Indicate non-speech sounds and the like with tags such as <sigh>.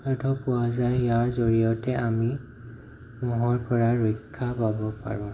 <unintelligible> পোৱা যায় ইয়াৰ জড়িয়তে আমি মহৰ পৰা ৰক্ষা পাব পাৰোঁ